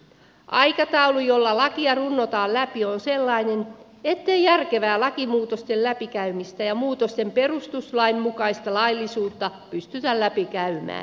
aikataulu jolla lakia runnotaan läpi on sellainen ettei järkevää lakimuutosten läpikäymistä pystytä tekemään ja muutosten perustuslainmukaista laillisuutta pystytä läpikäymään